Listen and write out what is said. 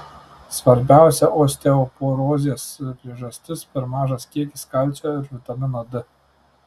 svarbiausia osteoporozės priežastis per mažas kiekis kalcio ir vitamino d